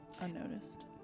Unnoticed